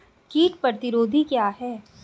कीट प्रतिरोधी क्या है?